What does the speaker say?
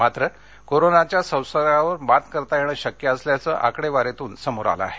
मात्र कोरोनाच्या संसर्गावर मात करता येणं शक्य अंसल्याचं आकडेवारीतून समोर आलं आहे